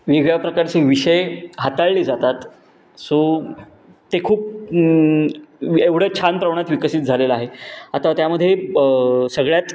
वेगळ्या प्रकारचे विषय हाताळले जातात सो ते खूप एवढं छान प्रमाणात विकसित झालेलं आहे आता त्यामध्ये सगळ्यात